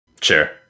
Sure